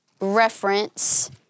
reference